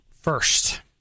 first